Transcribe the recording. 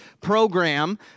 program